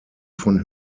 von